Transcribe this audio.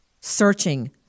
searching